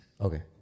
Okay